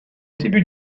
début